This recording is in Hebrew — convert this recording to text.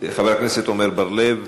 עמר בר-לב,